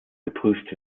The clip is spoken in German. geprüft